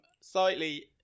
slightly